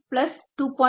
3 plus 2